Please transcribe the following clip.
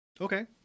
Okay